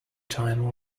time